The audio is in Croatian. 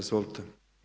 Izvolite.